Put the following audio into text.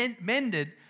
mended